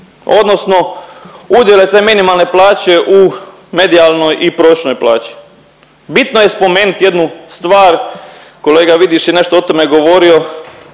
odnosno udjele te minimalne plaće u medijalnoj i prosječnoj plaći. Bitno je spomenit jednu stvar, kolega Vidiš je nešto o tome govorio,